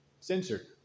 censored